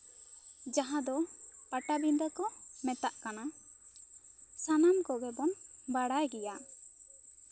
ᱡᱟᱦᱟᱸ ᱫᱚ ᱯᱟᱴᱟᱵᱤᱱᱫᱟᱹ ᱠᱚ ᱢᱮᱛᱟᱜ ᱠᱟᱱᱟ ᱥᱟᱱᱟᱢ ᱠᱚᱜᱮ ᱵᱚᱱ ᱵᱟᱲᱟᱭ ᱜᱮᱭᱟ